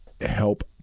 help